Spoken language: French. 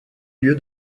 lieu